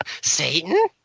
Satan